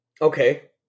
Okay